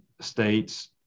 states